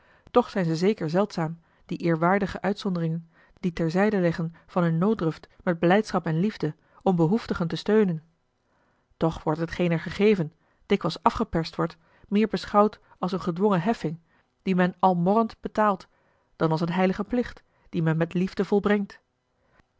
toch zijn ze zeker zeldzaam die eerwaardige uitzonderingen die terzijdeleggen van hun nooddruft met blijdschap en liefde om behoeftigen te steunen toch wordt hetgeen er gegeven dikwijls afgeperst wordt meer beschouwd als eene gedwongen heffing die men al morrend betaalt dan als een heiligen plicht dien men met liefde volbrengt